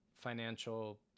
financial